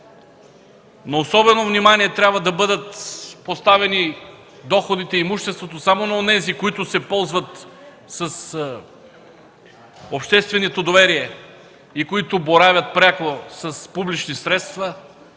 на особено внимание трябва да бъдат поставени доходите и имуществото само на онези, които се ползват с общественото доверие, които боравят пряко с публични средства